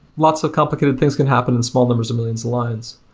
lots of complicated things can happen in small numbers of mil lions of lines.